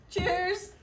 Cheers